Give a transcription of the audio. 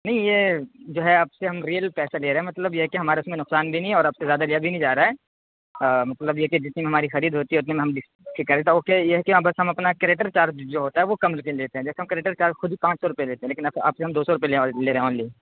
نہیں یہ جو ہے آپ سے ہم ریئل پیسہ لے رہے ہیں مطلب یہ ہے کہ ہمارا اس میں نقصان بھی نہیں اور آپ سے زیادہ لیا بھی نہیں جا رہا ہے مطلب یہ کہ جتنی ہماری خرید ہوتی ہے اتنے میں ہم ٹھیک کر دیتے ہیں وہ کہ یہ ہے کہ ہم اپنا کریٹر چارج جو ہوتا ہے وہ کم لیتے ہیں جیسے ہم کریٹر چارج خود پانچ سو روپئے لیتے ہیں لیکن اپ آپ سے ہم دو سو روپئے لے رہے ہیں اونلی